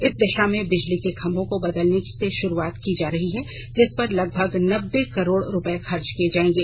इस दिशा में बिजली के खम्बों को बदलने से शुरूआत की जा रही है जिस पर लगभग नब्बे करोड रूपये खर्च किए जाएंगे